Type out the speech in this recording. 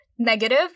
negative